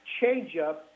changeup